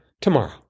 tomorrow